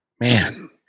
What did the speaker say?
man